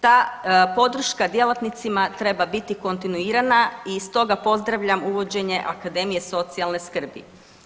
Ta podrška djelatnicima treba biti kontinuirana i stoga pozdravljam uvođenje Akademije socijalne skrbi.